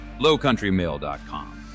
Lowcountrymail.com